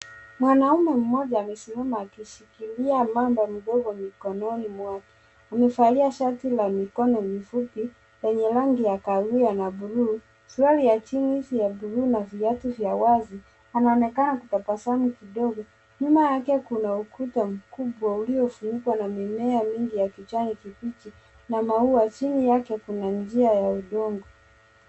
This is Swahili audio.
Mwanaume moja amesimama akishikilia mamba mdogo mikononi mwake, Amevalia shati la mikono mifupi yenye rangi ya kawia na blue, suruali ya chini na viatu vya wazi. Anaonekana kutabasamu kidogo, nyuma yake kuna ukuta mkubwa uliofunikwa na mimea mingi ya kijani kibichi na maua chini yake kuna njia ya udongo.